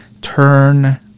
Turn